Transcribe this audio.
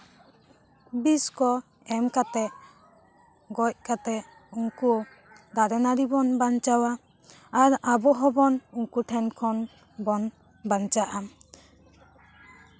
ᱵᱤᱥ ᱠᱚ ᱮᱢ ᱠᱟᱛᱮᱜ ᱜᱚᱡ ᱠᱟᱛᱮᱜ ᱩᱱᱠᱩ ᱫᱟᱨᱮ ᱱᱟ ᱲᱤ ᱵᱚᱱ ᱵᱟᱧᱪᱟᱣᱼᱟ ᱟᱨ ᱟᱵᱚ ᱦᱚᱸ ᱵᱚᱱ ᱩᱱᱠᱩ ᱴᱷᱮᱱ ᱠᱷᱚᱱ ᱵᱚᱱ ᱵᱟᱧᱪᱟᱜᱼᱟ